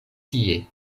tie